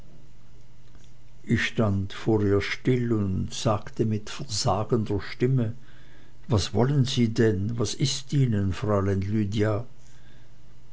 ich stand vor ihr still und sagte mit versagender stimme was wollen sie denn was ist ihnen fräulein lydia